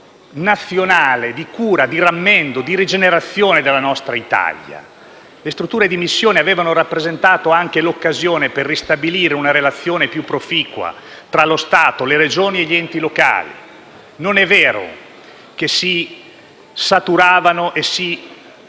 piano nazionale di cura, di rammendo e di rigenerazione della nostra Italia. Le strutture di missione avevano rappresentato anche l'occasione per ristabilire una relazione più proficua tra lo Stato, le Regioni e gli enti locali. Non è vero che si saturavano e si